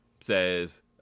says